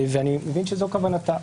ואני מבין שזו כוונתה,